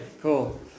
cool